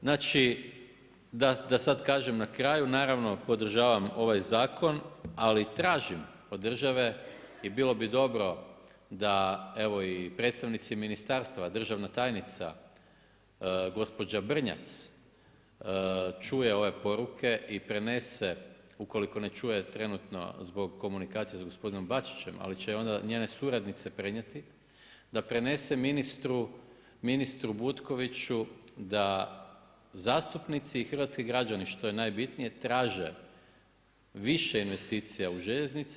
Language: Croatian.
Znači da sad kažem na kraju, naravno podržavam ovaj zakon, ali tražim od države i bilo bi dobro da evo i predstavnici ministarstva, državna tajnica, gospođa Brnjac čuje ove poruke i prenese ukoliko ne čuje trenutno zbog komunikacije s gospodinom Bačićem, ali će onda njene suradnice prenijeti, da prenese ministru Butkoviću da zastupnici i hrvatski građanima, što je najbitnije, traže više investicije u željeznice.